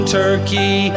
turkey